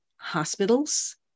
hospitals